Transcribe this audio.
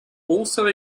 also